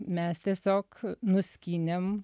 mes tiesiog nuskynėm